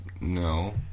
No